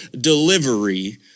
delivery